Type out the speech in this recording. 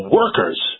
workers